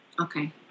Okay